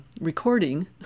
recording